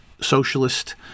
socialist